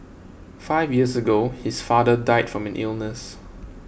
five years ago his father died from an illness